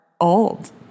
Old